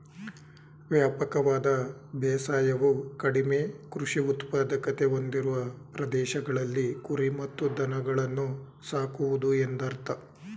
ವ್ಯಾಪಕವಾದ ಬೇಸಾಯವು ಕಡಿಮೆ ಕೃಷಿ ಉತ್ಪಾದಕತೆ ಹೊಂದಿರುವ ಪ್ರದೇಶಗಳಲ್ಲಿ ಕುರಿ ಮತ್ತು ದನಗಳನ್ನು ಸಾಕುವುದು ಎಂದರ್ಥ